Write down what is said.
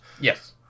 Yes